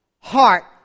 heart